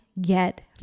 get